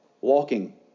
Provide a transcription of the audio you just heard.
walking